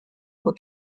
kui